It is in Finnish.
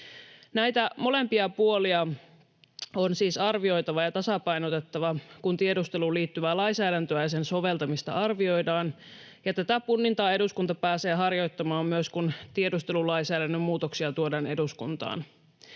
Näitä molempia puolia on siis arvioitava ja tasapainotettava, kun tiedusteluun liittyvää lainsäädäntöä ja sen soveltamista arvioidaan, ja tätä punnintaa eduskunta pääsee harjoittamaan myös, kun tiedustelulainsäädännön muutoksia tuodaan eduskuntaan.